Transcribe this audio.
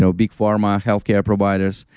so big pharma, healthcare providers,